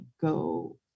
go